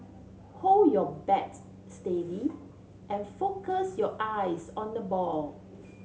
hold your bat steady and focus your eyes on the ball